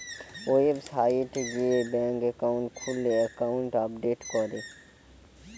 website গিয়ে bank account খুললে account update করে